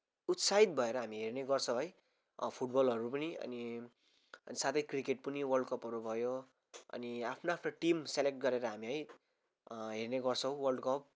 उत्साहित भएर हामी हेर्ने गर्छौँ है फुटबलहरू पनि अनि अनि साथै क्रिकेट पनि वर्ल्डकपहरू भयो अनि आफ्नो आफ्नो टिम सेलेक्ट गरेर हामी है हेर्ने गर्छौँ वर्ल्डकप